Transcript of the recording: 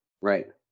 Right